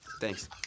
Thanks